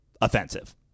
Offensive